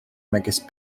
megis